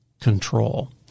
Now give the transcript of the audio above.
control